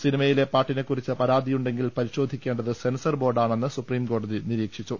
സിനിമയിലെ പാട്ടിനെക്കുറിച്ച് പരാതിയു ണ്ടെങ്കിൽ പരിശോധിക്കേണ്ടത് സെൻസർ ബോർഡാണെന്ന് സുപ്രീംകോടതി നിരീക്ഷിച്ചു